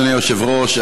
אדוני היושב-ראש,